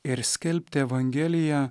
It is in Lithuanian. ir skelbti evangeliją